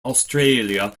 australia